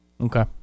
Okay